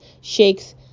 shakes